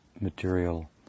material